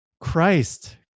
Christ